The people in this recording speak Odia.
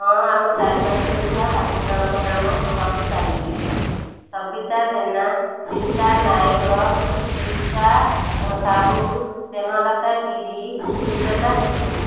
ହଁ ଆମ ଚାରିପାଖରେ ଥିବା ପାଞ୍ଚ ଜଣଙ୍କ ନାମ ମୁଁ କହିପାରିବି ସବିତା ଜେନା ରିତା ନାୟକ ଗୀତା ସାହୁ ସ୍ନେହଲତା ଗିରି ସୁଜାତା ସେଠି